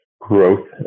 growth